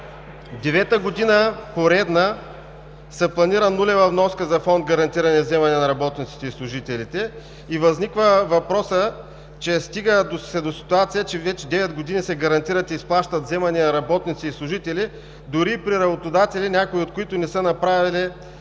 Девета поредна година се планира нулева вноска за Фонд „Гарантирани вземания на работниците и служителите“ и се стига до ситуация, че вече девет години се гарантират и изплащат вземания на работници и служители, дори и при работодатели, някои от които не са направили и